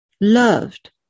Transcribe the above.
loved